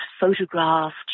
photographed